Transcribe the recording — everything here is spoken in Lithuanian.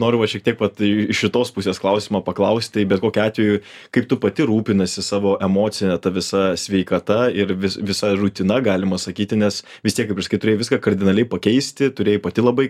noriu va šiek tiek tai iš šitos pusės klausimo paklaust tai bet kokiu atveju kaip tu pati rūpinasi savo emocine ta visa sveikata ir vis visa rutina galima sakyti nes vis tiek kaip ir sakei turėjai viską kardinaliai pakeisti turėjai pati labai